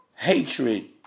hatred